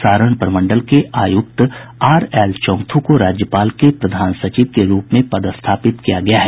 सारण प्रमंडल के आयुक्त आर एल चौंग्थू को राज्यपाल के प्रधान सचिव के रूप में पदस्थापित किया गया है